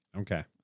Okay